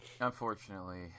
Unfortunately